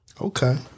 okay